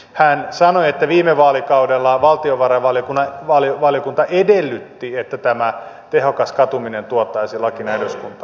hän sanoi että viime vaalikaudella valtiovarainvaliokunta edellytti että tämä tehokas katuminen tuotaisiin lakina eduskuntaan